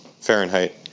Fahrenheit